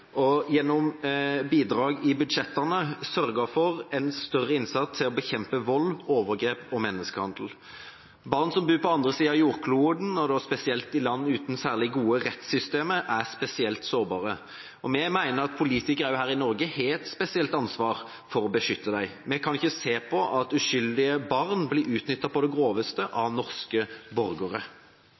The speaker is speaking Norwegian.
og gjennom bidrag i budsjettene, sørget for en større innsats for å bekjempe vold, overgrep og menneskehandel. Barn som bor på den andre siden av jordkloden, og da spesielt i land uten særlig gode rettssystemer, er spesielt sårbare, og vi mener at politikere også her i Norge har et spesielt ansvar for å beskytte dem. Vi kan ikke se på at uskyldige barn blir utnyttet på det groveste av norske borgere.